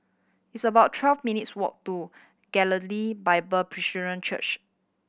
it's about twelve minutes' walk to Galilee Bible Presbyterian Church